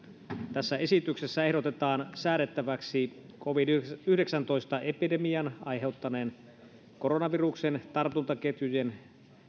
tässä esityksessä ehdotetaan säädettäväksi covid yhdeksäntoista epidemian aiheuttaneen koronaviruksen tartuntaketjujen